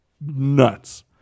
nuts